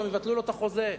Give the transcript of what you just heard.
יבטלו לו את החוזה.